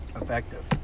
effective